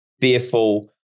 fearful